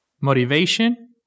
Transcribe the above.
Motivation